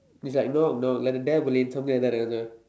it's like no no like the